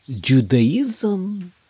Judaism